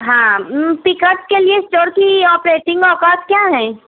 ہاں پیکپ کے لیے شیورٹی آپریٹنگ اوقات کیا ہیں